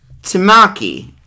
Tamaki